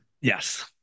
Yes